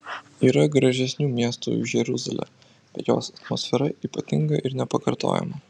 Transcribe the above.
yra gražesnių miestų už jeruzalę bet jos atmosfera ypatinga ir nepakartojama